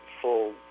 full